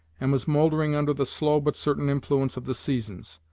and was mouldering under the slow but certain influence of the seasons.